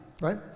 right